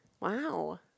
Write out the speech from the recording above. wow